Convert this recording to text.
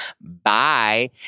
Bye